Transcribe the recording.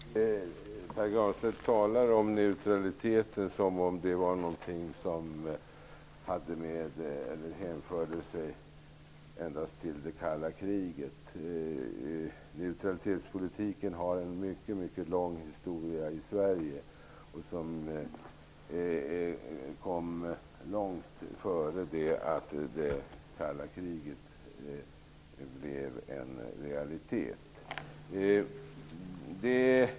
Herr talman! Pär Granstedt talar om neutralitet som om det endast hänförde sig till det kalla kriget. Neutralitetspolitiken har en mycket lång historia i Sverige. Den kom till långt innan det kalla kriget blev en realitet.